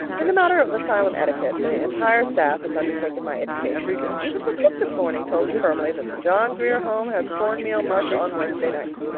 in the matter of asylum etiquette, the entire staff has undertaken my education. even the cook this morning told me firmly that the john grier home has corn meal mush on wednesday nights.